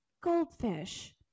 goldfish